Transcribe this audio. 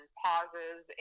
pauses